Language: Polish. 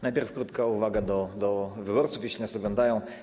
Najpierw krótka uwaga dla wyborców, jeśli nas oglądają.